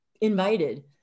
invited